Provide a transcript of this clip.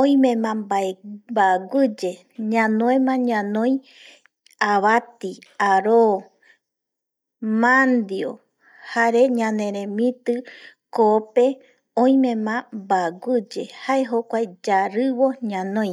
oimema bawiye ñanuema ñanoi abati, aro, mandio, jare ñanertemiti koo oimema bawiye jae jokuae yaribo ñanoi